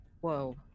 Whoa